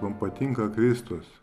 mum patinka kristus